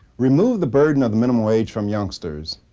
remove the burden of the minimum wage from youngsters.